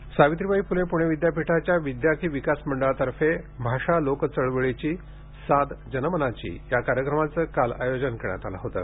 विद्यापीठ सावित्रीबाई फुले पुणे विद्यापीठाच्या विद्यार्थी विकास मंडळातर्फे भाषा लोक चळवळीची साद जनमनाची या कार्यक्रमाचं काल आयोजन करण्यात आले होतं